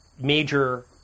major